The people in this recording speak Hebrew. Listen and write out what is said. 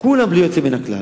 כולם בלי יוצא מהכלל,